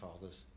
fathers